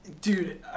Dude